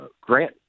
grant